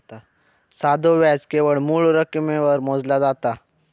साधो व्याज केवळ मूळ रकमेवर मोजला जाता